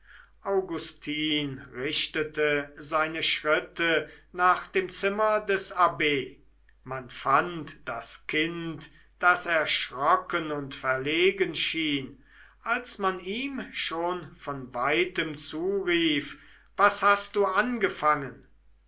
augustin richtete seine schritte nach dem zimmer des abbs man fand das kind das erschrocken und verlegen schien als man ihm schon von weitem zurief was hast du angefangen